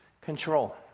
control